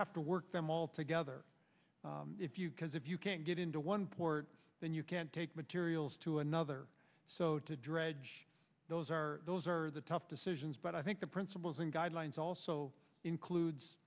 have to work them all together if you because if you can't get into one port then you can't take materials to another so to dredge those are those are the tough decisions but i think the principles and guidelines also includes